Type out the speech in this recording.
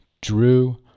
Drew